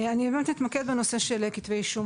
אני רק אתמקד בנושא של כתבי אישום